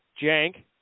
Jank